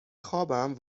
خوابم